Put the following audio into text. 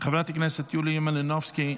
חברת הכנסת יוליה מלינובסקי,